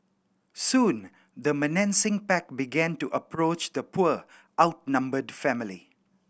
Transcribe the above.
soon the menacing pack began to approach the poor outnumbered family